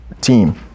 team